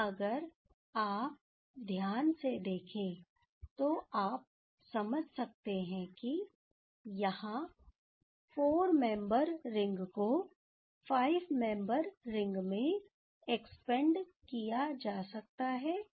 और अगर आप ध्यान से देखें तो आप समझ सकते हैं कि यहाँ 4 मेंबर रिंग को 5 मेंबर रिंग में एक्सपेंड किया जा सकता है